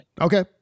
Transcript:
Okay